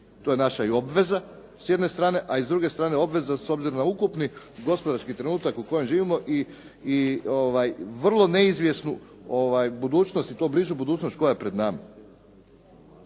to je naša i obveza s jedne strane a i s druge strane obveza s obzirom na ukupni gospodarski trenutak u kojem živimo i vrlo neizvjesnu budućnost i to blizu budućnost koja je pred nama.